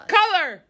color